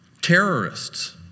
terrorists